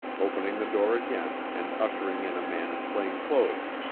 opening the door again and ushering in a man in plain clothes,